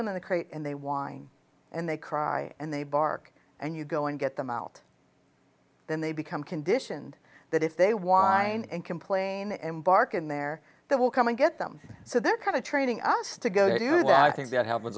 them in a crate and they whine and they cry and they bark and you go and get them out then they become conditioned that if they won and complain embark in there they will come and get them so they're kind of training us to go do that things that help with